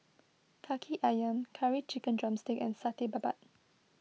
Kaki Ayam Curry Chicken Drumstick and Satay Babat